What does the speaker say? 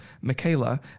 Michaela